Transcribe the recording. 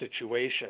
situation